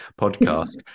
podcast